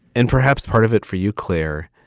and perhaps part of it for you, claire.